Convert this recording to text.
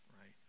right